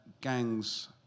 gangs